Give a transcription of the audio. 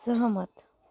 सहमत